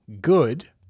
good